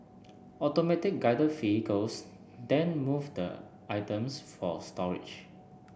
automatic Guided Vehicles then move the items for storage